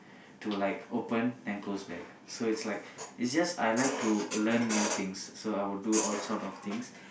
to like open and close back so it's like it's just I like to learn new things so I'd do all sort of things